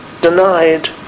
denied